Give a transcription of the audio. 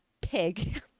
pig